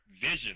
vision